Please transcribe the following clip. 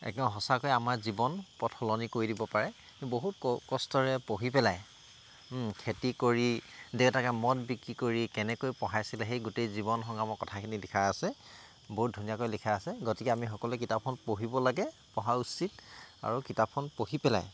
একদম সঁচাকৈ আমাৰ জীৱন পথ সলনি কৰি দিব পাৰে বহুত ক কষ্টৰে পঢ়ি পেলাই খেতি কৰি দেউতাকে মদ বিক্ৰী কৰি কেনেকৈ পঢ়াইছিলে সেই গোটেই জীৱন সংগ্ৰামৰ কথাখিনি লিখা আছে বৰ ধুনীয়াকৈ লিখা আছে গতিকে আমি সকলোৱে কিতাপখন পঢ়িব লাগে পঢ়া উচিত আৰু কিতাপখন পঢ়ি পেলাই